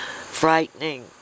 frightening